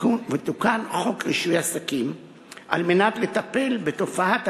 ותוקן חוק רישוי עסקים על מנת לטפל בתופעת